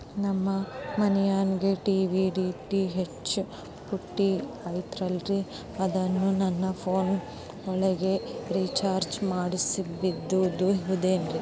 ನಮ್ಮ ಮನಿಯಾಗಿನ TV DTH ಪುಟ್ಟಿ ಐತಲ್ರೇ ಅದನ್ನ ನನ್ನ ಪೋನ್ ಒಳಗ ರೇಚಾರ್ಜ ಮಾಡಸಿಬಹುದೇನ್ರಿ?